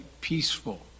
peaceful